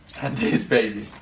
and this baby.